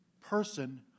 person